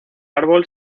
árbol